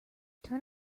turn